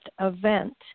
event